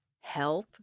health